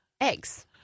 eggs